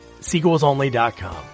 sequelsonly.com